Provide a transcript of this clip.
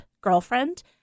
girlfriend